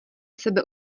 sebe